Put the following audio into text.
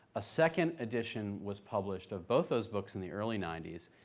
a second edition was published, of both those books, in the early ninety s,